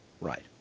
Right